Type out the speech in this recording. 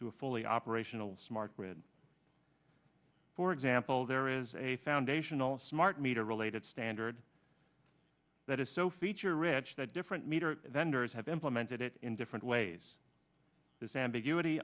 to a fully operational smart grid for example there is a foundational smart meter related standard that is so feature rich that different meter than ours have implemented it in different ways this ambiguity